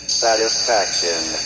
satisfaction